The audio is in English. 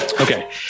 Okay